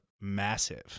massive